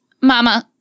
Mama